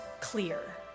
clear